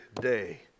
day